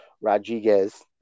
Rodriguez